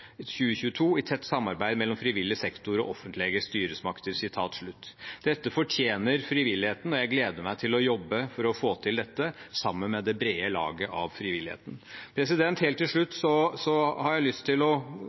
2022 i tett samarbeid mellom frivillig sektor og offentlege styresmakter.» Dette fortjener frivilligheten, og jeg gleder meg til å jobbe for å få til dette sammen med det brede laget av frivilligheten. Helt til slutt har jeg lyst til å